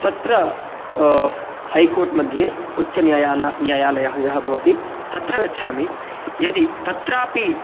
तत्र हैकोर्ट् मध्ये उच्चन्यायालयः न्यायालयः यः भवति तत्र गच्छामि यदि तत्रापि